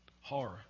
horror